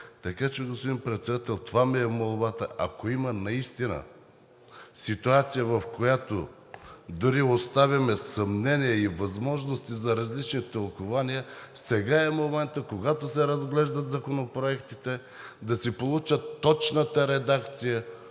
Така че, господин Председател, това ми е молбата. Ако има наистина ситуация, в която дори оставяме съмнения и възможности за различни тълкувания, сега е моментът, когато се разглеждат законопроектите, да си получат точната редакция.